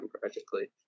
practically